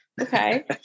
Okay